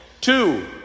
Two